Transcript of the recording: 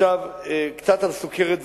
קצת על סוכרת והשמנה: